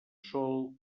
sol